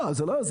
לא, זה לא.